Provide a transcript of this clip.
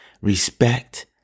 Respect